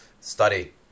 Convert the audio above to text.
study